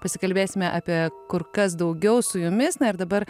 pasikalbėsime apie kur kas daugiau su jumis na ir dabar